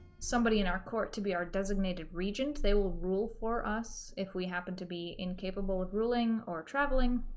somebody in our court to be our designated regent they will rule for us if we happen to be incapable of ruling or traveling